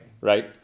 Right